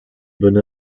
bonne